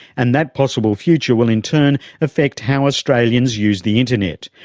and that possible future will in turn affect how australians use the internet,